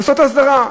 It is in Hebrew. לעשות הסדרה.